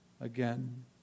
again